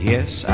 Yes